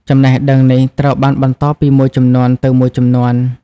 ចំណេះដឹងនេះត្រូវបានបន្តពីមួយជំនាន់ទៅមួយជំនាន់។